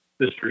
Mr